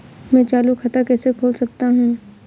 मैं चालू खाता कैसे खोल सकता हूँ?